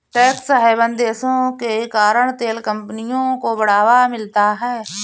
tax haven देशों के कारण तेल कंपनियों को बढ़ावा मिलता है